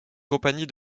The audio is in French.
compagnie